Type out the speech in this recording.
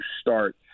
start